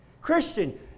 Christian